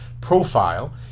profile